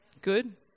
Good